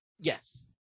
Yes